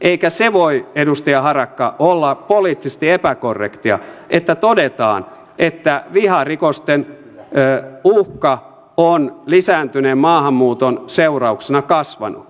eikä se voi edustaja harakka olla poliittisesti epäkorrektia että todetaan että viharikosten uhka on lisääntyneen maahanmuuton seurauksena kasvanut